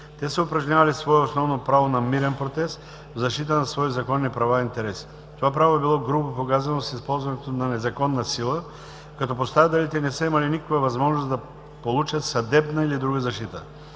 Те са упражнявали свое основно право на мирен протест, в защита на свои законни права и интереси. Това право е било грубо погазено с използването на незаконна сила, като пострадалите не са имали никаква възможност да получат съдебна или друга защита.